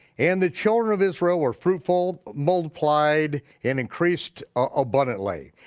and the children of israel were fruitful, multiplied, and increased abundantly.